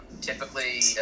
Typically